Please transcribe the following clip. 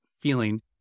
feeling